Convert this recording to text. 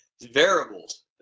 Variables